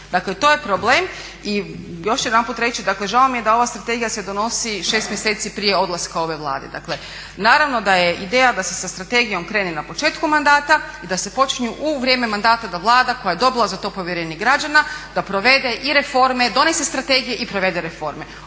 Dakle, to je problem. I još jedanput ću reći, dakle žao mi je da ova strategija se donosi 6 mjeseci prije odlaska ove Vlade. Dakle, naravno da je ideja da se sa strategijom krene na početku mandata i da se počinju u vrijeme mandata da Vlada koja je dobila za to povjerenje građana, da provede i reforme, donese strategije i provede reforme.